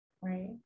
right